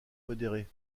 modérée